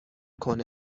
کنه